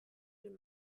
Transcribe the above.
den